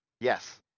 Yes